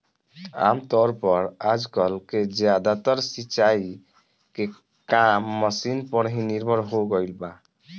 आमतौर पर आजकल के ज्यादातर सिंचाई के काम मशीन पर ही निर्भर हो गईल बा